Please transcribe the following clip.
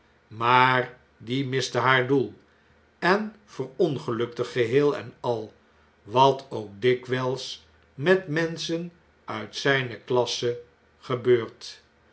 maar die miste haar doel en verongelukte geheel en al wat ook dikwjjls met menschen uit zjjne klasse gebeurt